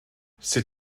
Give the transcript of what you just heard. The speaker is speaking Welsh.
sut